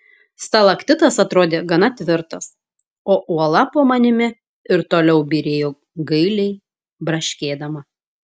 stalaktitas atrodė gana tvirtas o uola po manimi ir toliau byrėjo gailiai braškėdama